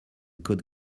could